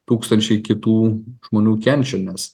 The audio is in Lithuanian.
tūkstančiai kitų žmonių kenčia nes